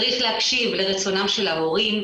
צריך להקשיב לרצונם של ההורים,